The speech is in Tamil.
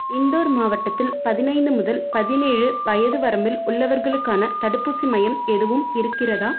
இந்தோர் மாவட்டத்தில் பதினைந்து முதல் பதினேழு வயது வரம்பில் உள்ளவர்களுக்கான தடுப்பூசி மையம் எதுவும் இருக்கிறதா